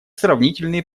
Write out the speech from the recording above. сравнительные